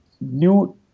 new